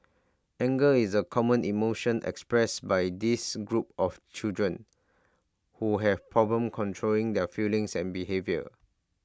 anger is A common emotion express by this group of children who have problem controlling their feelings and behaviour